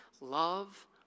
Love